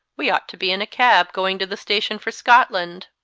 we ought to be in a cab, going to the station for scotland.